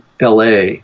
LA